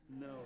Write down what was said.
No